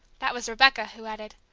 that was rebecca, who added,